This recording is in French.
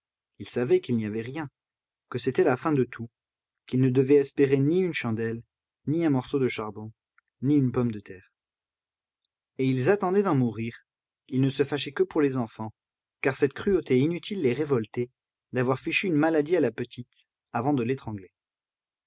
ils savaient qu'il n'y avait rien que c'était la fin de tout qu'ils ne devaient espérer ni une chandelle ni un morceau de charbon ni une pomme de terre et ils attendaient d'en mourir ils ne se fâchaient que pour les enfants car cette cruauté inutile les révoltait d'avoir fichu une maladie à la petite avant de l'étrangler